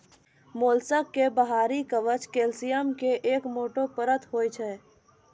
mollusc के बाहरी कवच कैल्सियम के एक मोटो परत होय छै